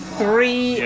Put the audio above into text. three